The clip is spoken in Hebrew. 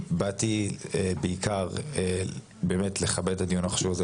באתי בעיקר כדי לכבד את קיום הדיון החשוב הזה,